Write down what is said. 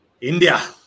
India